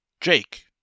Jake